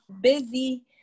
Busy